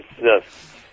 Yes